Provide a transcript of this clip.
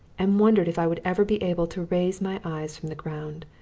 and wondered if i would ever be able to raise my eyes from the ground.